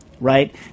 right